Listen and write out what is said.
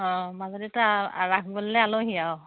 অঁ মাজুলীত ৰাস বুলিলে আলহী আৰু